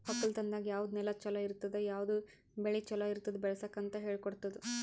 ಒಕ್ಕಲತನದಾಗ್ ಯಾವುದ್ ನೆಲ ಛಲೋ ಇರ್ತುದ, ಯಾವುದ್ ಬೆಳಿ ಛಲೋ ಇರ್ತುದ್ ಬೆಳಸುಕ್ ಅಂತ್ ಹೇಳ್ಕೊಡತ್ತುದ್